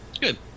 Good